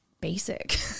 basic